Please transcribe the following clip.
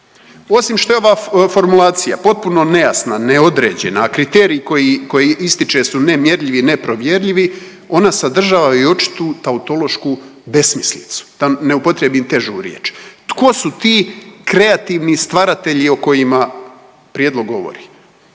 Osim što je ova formulacija potpuno nejasna, neodređena, a kriterij koji ističe su nemjerljivi i neprovjerljivi, ona sadržava i očitu tautološku besmislicu, da ne upotrijebim težu riječ. Tko su ti kreativni stvaratelji o kojima Prijedlog govori?